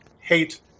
hate